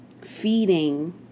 feeding